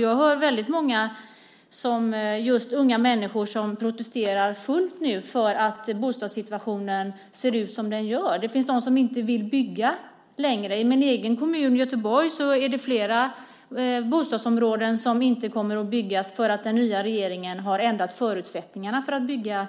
Jag har hört många unga människor protestera angående bostadssituationen. Det finns företag som inte vill bygga längre. I min egen kommun Göteborg kommer flera bostadsområden inte att byggas eftersom den nya regeringen har ändrat förutsättningarna för att bygga